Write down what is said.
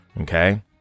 Okay